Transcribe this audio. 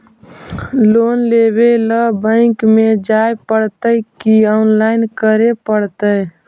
Loan लेवे ल bank में जाय पड़तै कि औनलाइन करे पड़तै?